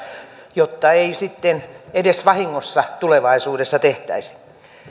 jotta ei sitten edes vahingossa tulevaisuudessa tehtäisi